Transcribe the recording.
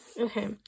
okay